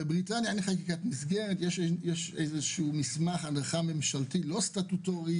בבריטניה אין חקיקת מסגרת אלא מסמך הדרכה ממשלתי לא סטטוטורי